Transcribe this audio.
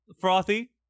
Frothy